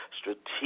strategic